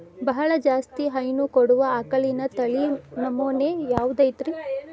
ಬಹಳ ಜಾಸ್ತಿ ಹೈನು ಕೊಡುವ ಆಕಳಿನ ತಳಿ ನಮೂನೆ ಯಾವ್ದ ಐತ್ರಿ?